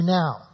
now